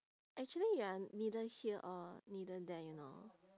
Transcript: actually you're neither here or neither there you know